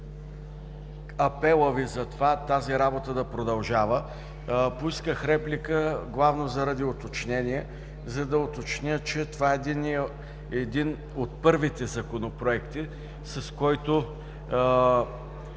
апела Ви за това тази работа да продължава. Поисках реплика главно заради уточнение, за да уточня, че това е един от първите законопроекти, с който